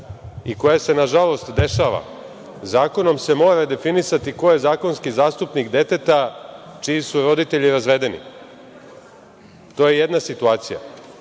i koja se nažalost dešava. Zakonom se mora definisati ko je zakonski zastupnik deteta čiji su roditelji razvedeni. To je jedna situacija.